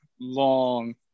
long